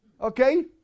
Okay